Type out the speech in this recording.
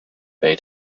bay